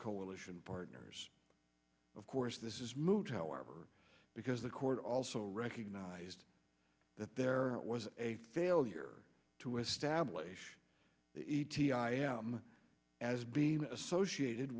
coalition partners of course this is moot however because the court also recognised that there was a failure to establish the e t i haram as being associated